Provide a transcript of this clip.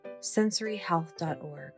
sensoryhealth.org